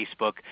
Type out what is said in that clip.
Facebook